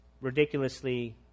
ridiculously